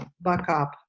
backup